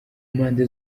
mpande